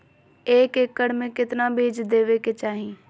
एक एकड़ मे केतना बीज देवे के चाहि?